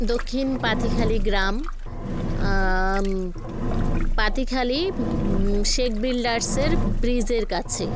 দক্ষিণ পাথিখালি গ্রাম পাতিখালি শেখ বিল্ডার্সের ব্রিজের কাছে